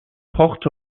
port